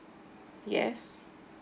yes